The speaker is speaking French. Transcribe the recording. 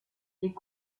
est